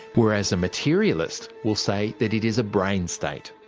whereas a materialist will say that it is a brain state.